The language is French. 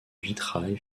vitrail